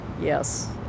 yes